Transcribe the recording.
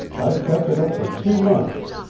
i kept it up for two months.